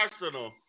arsenal